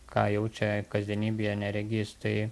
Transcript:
ką jaučia kasdienybėje neregys tai